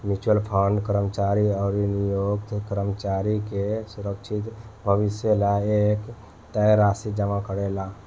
mutual fund कर्मचारी अउरी नियोक्ता कर्मचारी के सुरक्षित भविष्य ला एक तय राशि जमा करेला